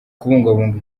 kubungabunga